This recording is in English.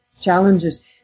challenges